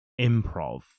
improv